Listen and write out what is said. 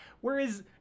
whereas